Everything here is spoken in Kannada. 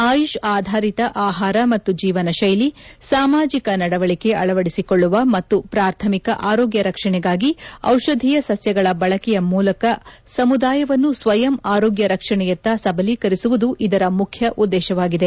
ಆಯುಷ್ ಆಧಾರಿತ ಆಹಾರ ಮತ್ತು ಜೀವನ ಶ್ವೆಲಿ ಸಾಮಾಜಿಕ ನಡೆವಳಿಕೆ ಅಳವಡಿಸಿಕೊಳ್ಳುವ ಮತ್ತು ಪ್ರಾಥಮಿಕ ಆರೋಗ್ಯ ರಕ್ಷಣೆಗಾಗಿ ಔಷಧೀಯ ಸಸ್ಯಗಳ ಬಳಕೆಯ ಮೂಲಕ ಸಮುದಾಯವನ್ನು ಸ್ವಯಂ ಆರೋಗ್ಯ ರಕ್ಷಣೆಯತ್ತ ಸಬಲೀಕರಿಸುವುದು ಇದರ ಮುಖ್ಯ ಉದ್ದೇಶವಾಗಿದೆ